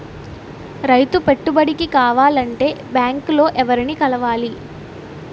రైతు పెట్టుబడికి కావాలంటే బ్యాంక్ లో ఎవరిని కలవాలి?